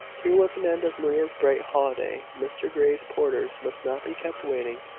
here was an end of maria's bright holiday. mr grey's porters must not be kept waiting.